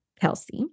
Kelsey